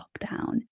lockdown